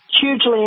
hugely